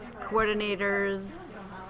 coordinators